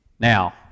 Now